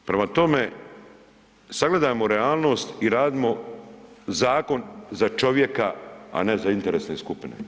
Prema tome, sagledajmo realnost i radimo zakon za čovjeka, a ne za interesne skupine.